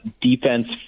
defense